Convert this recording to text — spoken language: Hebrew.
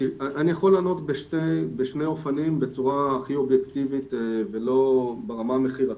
אני יכול לענות בשני אופנים בצורה הכי אובייקטיבית ולא ברמה מכירתית.